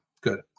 good